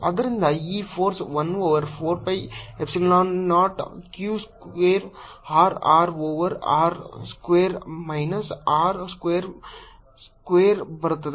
ಆದ್ದರಿಂದ ಈ force 1 over 4 pi epsilon 0 q square R r over r square minus R square square ಬರುತ್ತದೆ